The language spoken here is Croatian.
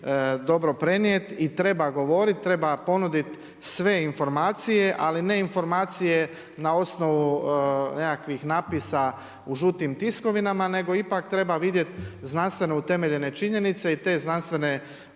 dobro prenijeti i treba govoriti, treba ponuditi sve informacije, ali ne informacije na osnovu nekakvih natpisa u žutim tiskovima, nekog ipak treba vidjeti znanstveno utemeljene činjenice i te znanstveno